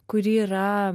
kuri yra